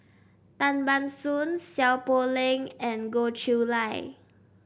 Tan Ban Soon Seow Poh Leng and Goh Chiew Lye